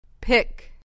pick